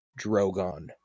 Drogon